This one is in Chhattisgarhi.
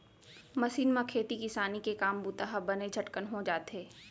मसीन म खेती किसानी के काम बूता ह बने झटकन हो जाथे